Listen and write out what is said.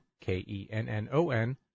K-E-N-N-O-N